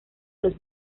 los